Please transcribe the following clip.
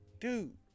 Dude